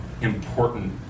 important